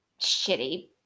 shitty